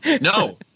No